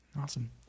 Awesome